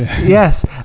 yes